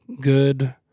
good